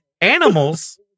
animals